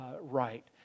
right